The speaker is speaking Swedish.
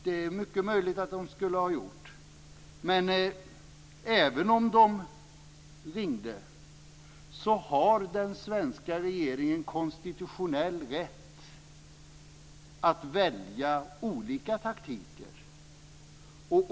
Det är mycket möjligt att de skulle ha gjort, men även om de hade ringt har den svenska regeringen konstitutionell rätt att välja olika taktiker.